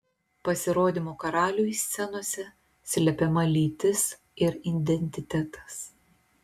pasirodymo karaliui scenose slepiama lytis ir identitetas